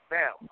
now